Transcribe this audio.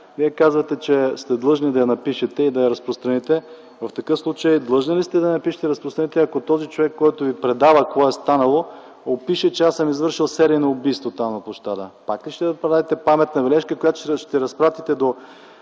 Вие казвате, че сте длъжни да я напишете и да я разпространите. В такъв случай, длъжни ли сте да я напишете и да я разпространите, ако този човек, който Ви предава какво е станало, опише, че аз съм извършил серийно убийство там на площада? Пак ли ще направите паметна бележка, която ще разпратите до